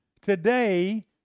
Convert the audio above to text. today